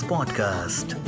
Podcast